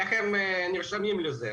איך הם נרשמים לזה?